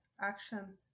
action